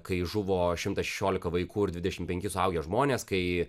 kai žuvo šimtas šešiolika vaikų ir dvidešim penki suaugę žmonės kai